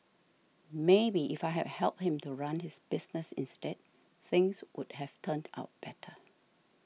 maybe if I had helped him to run his business instead things would have turned out better